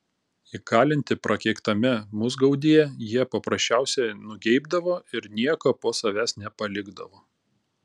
įkalinti prakeiktame musgaudyje jie paprasčiausiai nugeibdavo ir nieko po savęs nepalikdavo